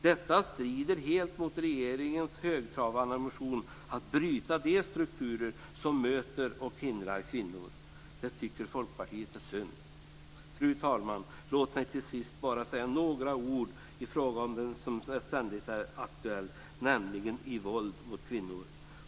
Detta strider helt mot regeringens högtravande ambition att bryta de strukturer som möter och hindrar kvinnor. Det tycker Folkpartiet är synd. Fru talman! Låt mig till sist bara säga några ord i en fråga som ständigt är aktuell, nämligen frågan om våld mot kvinnor.